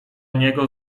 niego